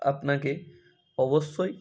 আপনাকে অবশ্যই